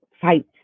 fight